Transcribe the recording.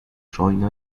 join